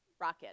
Rocket